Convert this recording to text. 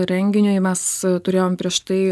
renginiui mes turėjom prieš tai